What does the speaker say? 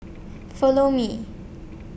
Follow Me